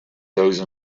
those